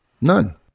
None